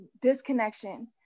disconnection